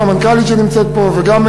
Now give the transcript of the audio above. גם למנכ"לית שנמצאת פה, וגם